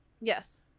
Yes